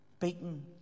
beaten